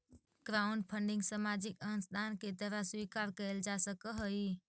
crowdfunding सामाजिक अंशदान के तरह स्वीकार कईल जा सकऽहई